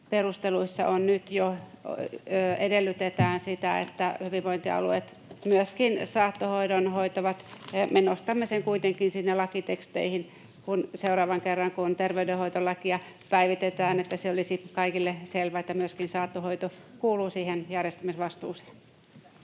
perusteluissa nyt jo edellytetään sitä, että hyvinvointialueet myöskin saattohoidon hoitavat. Me nostamme sen kuitenkin sinne lakiteksteihin, kun seuraavan kerran kun terveydenhoitolakia päivitetään, että se olisi kaikille selvää, että myöskin saattohoito kuuluu siihen järjestämisvastuuseen.